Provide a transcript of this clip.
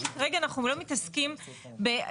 כי כרגע אנחנו לא מתעסקים בהוראה,